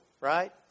right